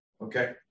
Okay